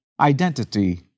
identity